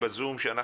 לא